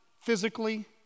physically